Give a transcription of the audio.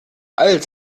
all